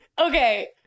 Okay